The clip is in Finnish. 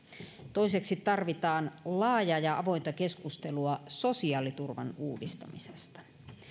toiseksi tarvitaan laajaa ja avointa keskustelua sosiaaliturvan uudistamisesta